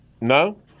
no